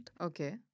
Okay